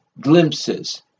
glimpses